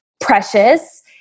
precious